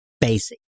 basic